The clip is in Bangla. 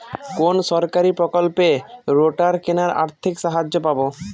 কোন সরকারী প্রকল্পে রোটার কেনার আর্থিক সাহায্য পাব?